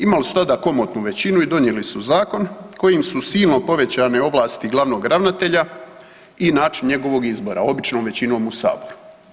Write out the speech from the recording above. Imali su tada komotnu većinu i donijeli su zakon kojim su silno povećane ovlasti glavnog ravnatelja i način njegovog izbora, običnom većinom u Saboru.